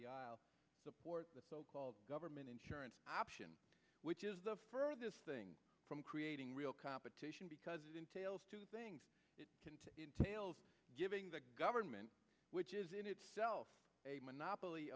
the aisle support the so called government insurance option which is the furthest thing from creating real competition because it entails it can to entails giving the government which is in itself a monopoly